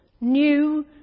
New